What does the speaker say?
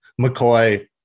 McCoy